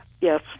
Yes